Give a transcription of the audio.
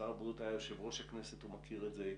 שר הבריאות היה יו"ר הכנסת והוא מכיר את זה היטב.